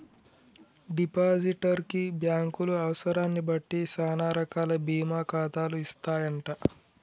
depositor కి బ్యాంకులు అవసరాన్ని బట్టి సానా రకాల బీమా ఖాతాలు ఇస్తాయంట